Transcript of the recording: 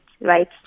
right